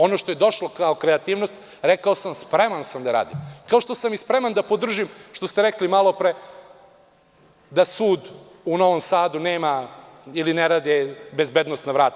Ono što je došlo kao kreativnost, rekao sam, spreman sam da radim, kao što sam spreman i da podržim ono što ste rekli malopre, da u sudu u Novom Sadu ne rade bezbednosna vrata.